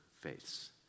faiths